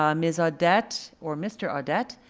um ms. ah audette or mr. audette,